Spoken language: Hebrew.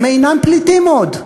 הם אינם פליטים עוד.